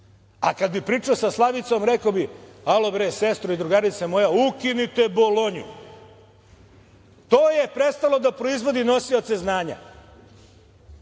A kad bih pričao sa Slavicom, rekao bih – alo, bre, sestro i drugarice moja, ukinite Bolonju. To je prestalo da proizvodi nosioce znanja,